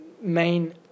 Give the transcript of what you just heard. main